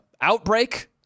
outbreak